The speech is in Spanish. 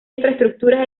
infraestructuras